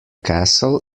castle